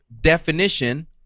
definition